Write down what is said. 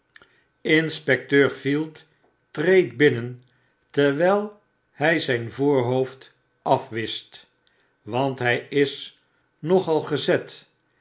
inspecteur field treedt binnen terwijl hy zijn voorhoofd afwischt want hy is nogal gezet